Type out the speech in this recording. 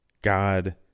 God